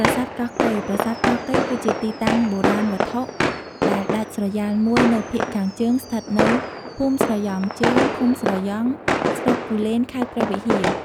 ប្រាសាទកោះកេរ្តិ៍ ប្រាសាទកោះកេរ្តិ៍ គឺជាទីតាំងបុរាណវត្ថុដែលដាច់ស្រយាលមួយនៅភាគខាងជើង ស្ថិតនៅ ភូមិស្រយ៉ង់ជើង ឃុំស្រយ៉ង់ ស្រុកគូលេន ខេត្តព្រះវិហារ ។